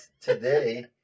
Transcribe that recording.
today